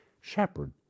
shepherd